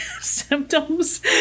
symptoms